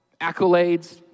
accolades